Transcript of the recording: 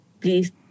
please